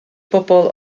bobl